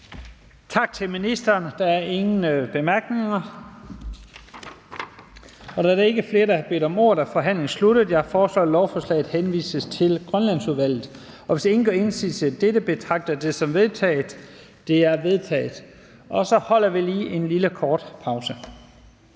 Tak til ministeren. Der er ingen korte bemærkninger. Da der ikke er flere, der har bedt om ordet, er forhandlingen sluttet. Jeg foreslår, at lovforslaget henvises til Grønlandsudvalget. Hvis ingen gør indsigelse mod dette, betragter jeg det som vedtaget. Det er vedtaget. Så holder vi lige en kort pause.